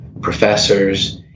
professors